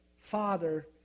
father